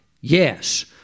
Yes